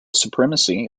supremacy